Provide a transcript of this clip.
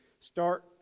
start